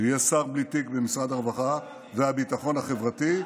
שיהיה שר בלי תיק במשרד הרווחה והביטחון החברתי,